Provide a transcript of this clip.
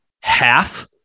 half